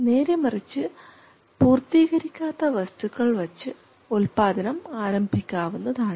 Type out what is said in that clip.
നേരെമറിച്ച് പൂർത്തീകരിക്കാത്ത വസ്തുക്കൾ വച്ചു ഉൽപാദനം ആരംഭിക്കാവുന്നതാണ്